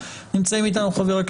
מכובדיי חברי